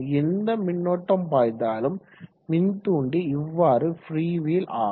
எந்த மின்னோட்டம் பாய்ந்தாலும் மின்தூண்டி இவ்வாறு ஃப்ரீவீல் ஆகும்